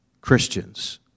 Christians